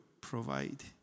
provide